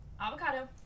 avocado